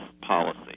policy